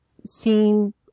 seen